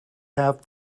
have